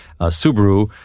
Subaru